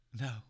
no